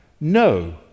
No